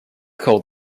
called